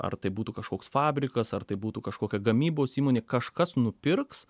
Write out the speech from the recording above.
ar tai būtų kažkoks fabrikas ar tai būtų kažkokia gamybos įmonė kažkas nupirks